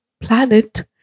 planet